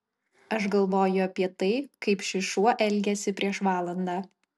aš galvoju apie tai kaip šis šuo elgėsi prieš valandą